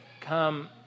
come